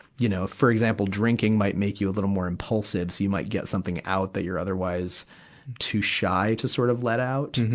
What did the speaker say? you know, for example, drinking might make you a little more impulsive. so you might get something out that you're otherwise too shy to sort of let out.